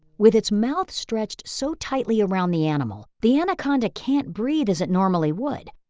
with its mouth stretched so tightly around the animal, the anaconda can't breathe as it normally would.